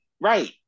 Right